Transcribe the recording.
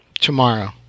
Tomorrow